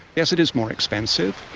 yes, it is more expensive,